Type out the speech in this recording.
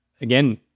again